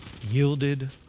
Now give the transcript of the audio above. yielded